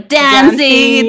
dancing